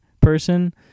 person